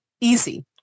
Easy